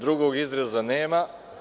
Drugog izraza nema.